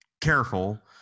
careful